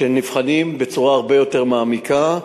שנבחנים בצורה הרבה יותר מעמיקה.